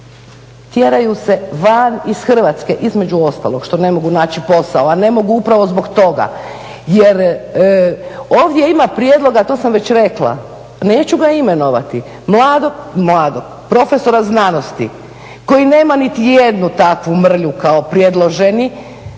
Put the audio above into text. tjeraju van iz Hrvatske, između ostalog što ne mogu naći posao, a ne mogu upravo zbog toga jer ovdje ima prijedloga to sam već rekla, neću ga imenovati, profesora znanosti koji nema niti jednu takvu kao predloženi,